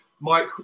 Mike